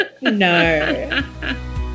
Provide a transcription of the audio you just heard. no